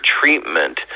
treatment